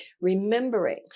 remembering